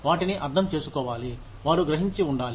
వాటిని అర్థం చేసుకోవాలి వారు గ్రహించి ఉండాలి